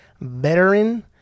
veteran